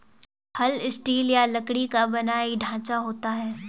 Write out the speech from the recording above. हल स्टील या लकड़ी का बना एक ढांचा होता है